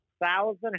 thousand